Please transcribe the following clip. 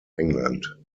england